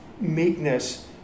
meekness